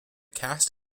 cast